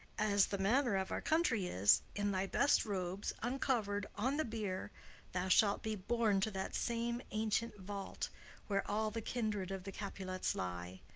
as the manner of our country is, in thy best robes uncovered on the bier thou shalt be borne to that same ancient vault where all the kindred of the capulets lie.